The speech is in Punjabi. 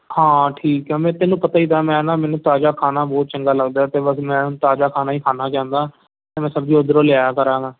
ਹਾਂ ਠੀਕ ਆ ਮੈਂ ਤੈਨੂੰ ਪਤਾ ਹੀ ਤਾਂ ਮੈਂ ਨਾ ਮੈਨੂੰ ਤਾਜ਼ਾ ਖਾਣਾ ਬਹੁਤ ਚੰਗਾ ਲੱਗਦਾ ਅਤੇ ਬਸ ਮੈਂ ਹੁਣ ਤਾਜ਼ਾ ਖਾਣਾ ਹੀ ਖਾਣਾ ਚਾਹੁੰਦਾ ਅਤੇ ਮੈਂ ਸਬਜ਼ੀ ਉਧਰੋਂ ਲਿਆਇਆ ਕਰਾਂਗਾ